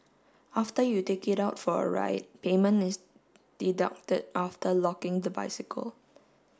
after you take it out for a ride payment is deducted after locking the bicycle